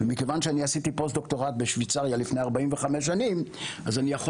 מכיוון שאני עשיתי פוסט-דוקטורט בשוויצריה לפני 45 שנים אז אני יכול